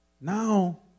Now